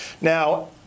Now